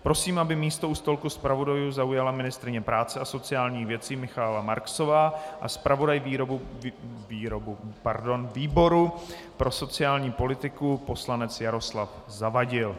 Prosím, aby místo u stolku zpravodajů zaujala ministryně práce a sociálních věcí Michaela Marksová a zpravodaj výboru pro sociální politiku poslanec Jaroslav Zavadil.